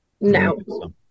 no